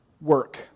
work